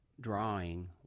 drawing